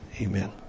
Amen